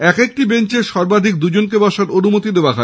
এক একটি বেঞ্চে সর্বাধিক দুজনকে বসার অনুমতি দেওয়া হয়